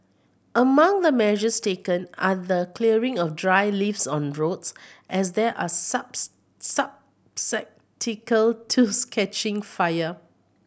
among the measures taken are the clearing of dry leaves on roads as there are subs to catching fire